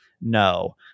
no